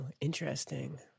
interesting